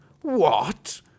What